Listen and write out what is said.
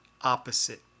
opposite